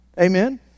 Amen